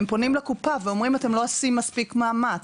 הם פונים לקופה ואומרים, אתם לא עושים מספיק מאמץ,